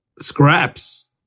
scraps